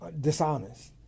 dishonest